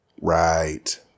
right